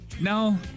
No